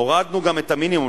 הורדנו גם את המינימום,